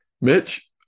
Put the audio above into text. Mitch